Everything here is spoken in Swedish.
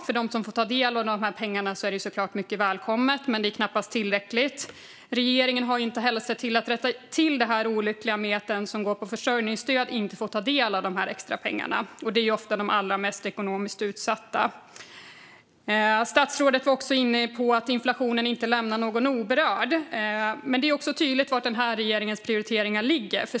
För dem som får ta del av de pengarna är det mycket välkommet men knappast tillräckligt. Regeringen har inte heller sett till att rätta till det olyckliga med att den som får försörjningsstöd inte får ta del av de extra pengarna. Det är ofta de allra mest ekonomiskt utsatta. Statsrådet var inne på att inflationen inte lämnar någon oberörd. Men det är också tydligt var den här regeringens prioriteringar ligger.